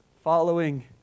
following